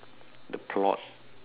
the plot